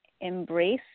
embrace